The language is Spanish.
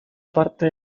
parte